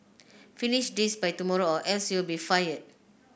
finish this by tomorrow or else you'll be fired